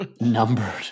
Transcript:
Numbered